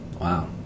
Wow